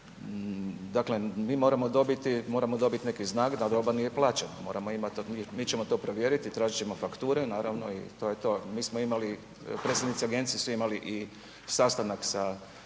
dobiti, moramo dobiti neki znak da roba nije plaćena, moramo imati, mi ćemo to provjeriti i tražit ćemo fakture naravno i to je to. Mi smo imali, predstavnici agencije su imali i sastanak sa